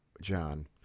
John